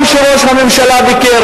גם כשראש הממשלה ביקר,